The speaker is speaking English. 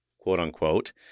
quote-unquote